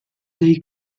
dei